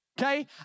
okay